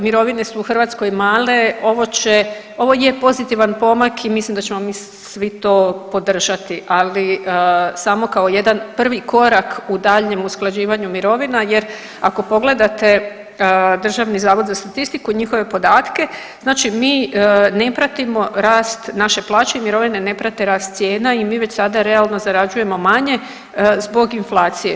Mirovine su u Hrvatskoj male, ovo će, ovo je pozitivan pomak i mislim da ćemo mi svi to podržati ali samo kao jedan prvi korak u daljnjem usklađivanju mirovina jer ako pogledate Državni zavod za statistiku i njihove podatke, znači mi ne pratimo rast, naše plaće i mirovine ne prate rast cijena i mi već sada realno zarađujemo manje zbog inflacije.